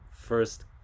first